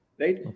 right